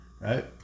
right